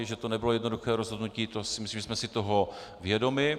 Že to nebylo jednoduché rozhodnutí, to myslím, že jsme si toho vědomi.